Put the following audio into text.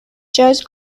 judge